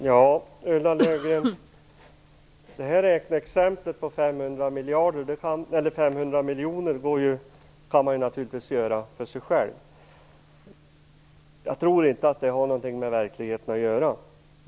Fru talman! Man kan naturligtvis göra det räkneexempel på 500 miljoner som Ulla Löfgren gör, men jag tror inte att det har något med verkligheten att göra.